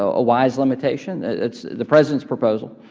a wise limitation? it's the president's proposal,